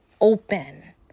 open